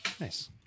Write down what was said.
Nice